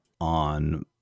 on